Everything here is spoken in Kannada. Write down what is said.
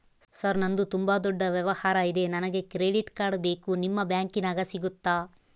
ಸರ್ ನಂದು ತುಂಬಾ ದೊಡ್ಡ ವ್ಯವಹಾರ ಇದೆ ನನಗೆ ಕ್ರೆಡಿಟ್ ಕಾರ್ಡ್ ಬೇಕು ನಿಮ್ಮ ಬ್ಯಾಂಕಿನ್ಯಾಗ ಸಿಗುತ್ತಾ?